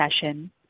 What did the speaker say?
session